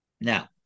Now